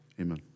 Amen